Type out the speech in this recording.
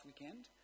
weekend